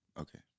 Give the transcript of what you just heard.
Okay